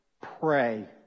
Pray